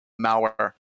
malware